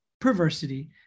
perversity